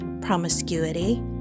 Promiscuity